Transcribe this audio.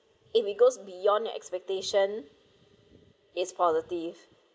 if it goes beyond your expectation it's positive